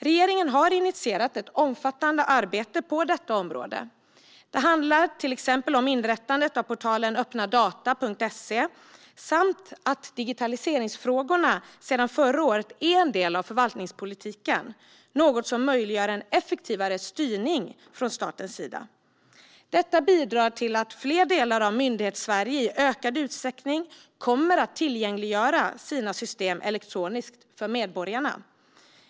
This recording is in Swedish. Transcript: Regeringen har initierat ett omfattande arbete på detta område. Det handlar till exempel om inrättandet av portalen öppnadata.se och att digitaliseringsfrågorna sedan förra året är en del av förvaltningspolitiken, något som möjliggör en effektivare styrning från statens sida. Detta bidrar till att fler delar av Myndighetssverige i ökad utsträckning kommer att tillgängliggöra sina system elektroniskt för medborgarna.